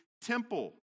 temple